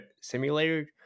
simulator